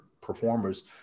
performers